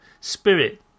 spirit